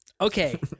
okay